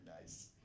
nice